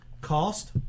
cost